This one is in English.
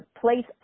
place